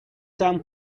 term